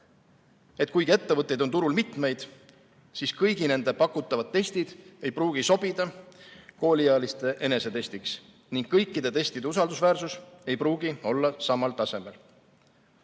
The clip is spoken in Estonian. et kuigi ettevõtteid on turul mitmeid, siis kõigi nende pakutavad testid ei pruugi sobida kooliealiste enesetestiks ning kõikide testide usaldusväärsus ei pruugi olla samal tasemel.